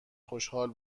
خوشحال